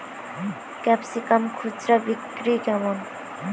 Capsicum খুচরা বিক্রি কেমন?